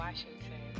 Washington